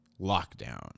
lockdown